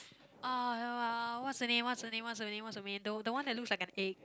uh what's her name what's her name what's her name what's her name what's her mane the one that looks like an egg